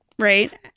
Right